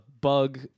Bug